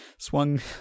swung